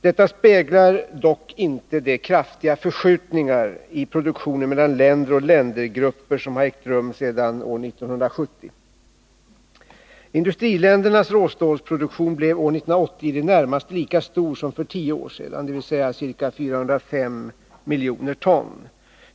Detta speglar dock inte de kraftiga förskjutningar i produktionen mellan länder och ländergrupper som har ägt rum sedan år 1970. Industriländernas råstålsproduktion blev år 1980 i det närmaste lika stor som för tio år sedan, dvs. ca 405 miljoner ton.